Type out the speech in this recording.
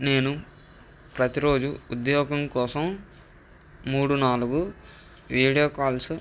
నేను ప్రతిరోజు ఉద్యోగం కోసం మూడు నాలుగు వీడియో కాల్సు